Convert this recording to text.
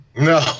No